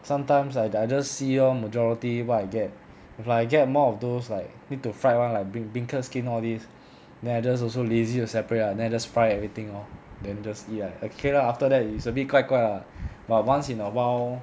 sometimes I I just see lor majority what I get if I get more of those like need to fried [one] like bring beancurd skin all these then I just also lazy to separate lah then I just fry everything lor then just eat lah okay lah after that it's a bit 怪怪 lah but once in a while